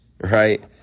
right